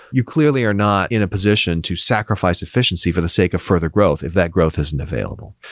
you clearly are not in a position to sacrifice efficiency for the sake of further growth if that growth isn't available.